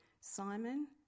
Simon